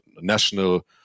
national